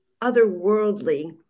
otherworldly